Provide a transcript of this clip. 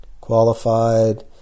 qualified